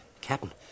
Captain